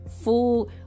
full